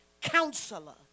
Counselor